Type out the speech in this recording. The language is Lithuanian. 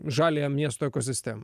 žaliąją miesto ekosistemą